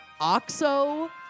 oxo